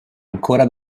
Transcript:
ancora